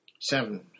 Seven